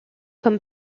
comme